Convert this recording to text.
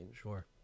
Sure